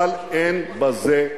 אבל לא די זה.